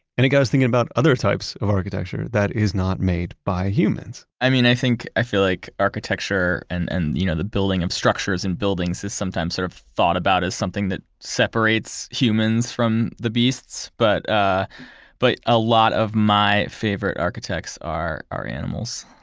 and it got us thinking about other types of architecture that are not made by humans i mean i think, i feel like architecture and and you know the building of structures and buildings is sometimes sort of thought about as something that separates humans from the beasts, but ah but a lot of my favorite architects are are animals